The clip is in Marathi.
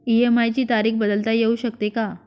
इ.एम.आय ची तारीख बदलता येऊ शकते का?